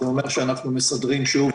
זה אומר שאנחנו מסדרים שוב